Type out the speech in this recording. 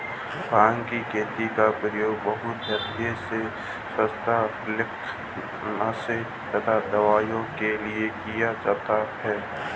भांग की खेती का प्रयोग बहुतायत से स्वास्थ्य हल्के नशे तथा दवाओं के लिए किया जाता है